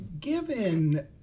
Given